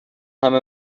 همه